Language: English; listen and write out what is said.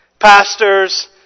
pastors